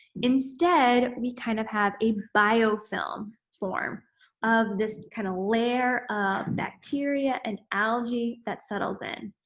instead, we kind of have a biofilm form of this kind of layer of bacteria and algae that settles in.